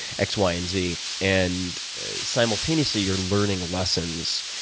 x, y, and z. and simultaneously you're learning lessons.